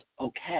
okay